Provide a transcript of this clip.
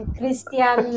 Christian